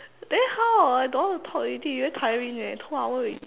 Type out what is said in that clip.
then how I don't want talk already very tiring eh two hour already